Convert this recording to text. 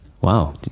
Wow